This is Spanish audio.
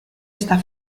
esta